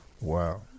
Wow